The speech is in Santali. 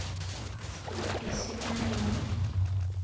ᱚᱱᱟ ᱟᱥᱮᱠᱟ ᱨᱮᱭᱟᱜ